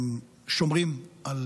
שומרים על